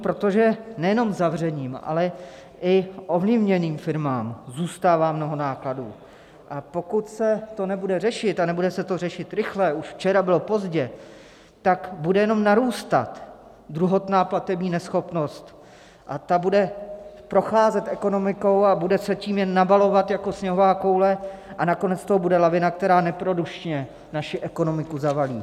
Protože nejenom zavřeným, ale i ovlivněným firmám zůstává mnoho nákladů, a pokud se to nebude řešit a nebude se to řešit rychle, už včera bylo pozdě, tak bude jenom narůstat druhotná platební neschopnost, ta bude procházet ekonomikou, bude se tím jen nabalovat jako sněhová koule a nakonec z toho bude lavina, která neprodyšně naši ekonomiku zavalí.